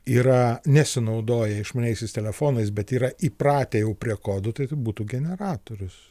yra nesinaudoję išmaniaisiais telefonais bet yra įpratę jau prie kodų tai būtų generatorius